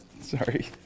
Sorry